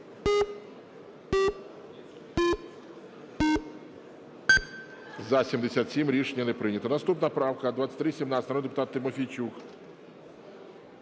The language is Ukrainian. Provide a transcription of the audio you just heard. За-77 Рішення не прийнято. Наступна правка - 2317, народний депутат Тимофійчук.